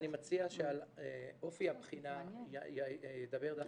אני מציע שעל אופי הבחינה ידבר דווקא